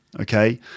Okay